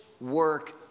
work